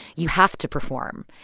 you have to perform.